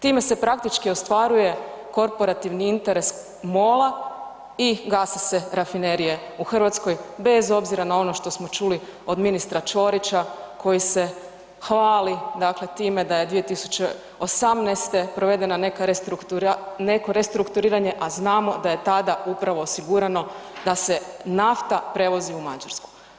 Time se praktički ostvaruje korporativni interes MOL-a i gase se rafinerije u Hrvatskoj bez obzira na ono što smo čuli od ministra Ćorića koji se hvali, dakle time da je 2018. provedeno neka, neko restrukturiranje, a znamo da je tada upravo osigurano da se nafta prevozi u Mađarsku.